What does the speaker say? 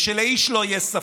ושלאיש לא יהיה ספק,